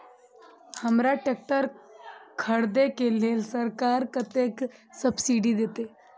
हमरा ट्रैक्टर खरदे के लेल सरकार कतेक सब्सीडी देते?